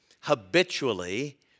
habitually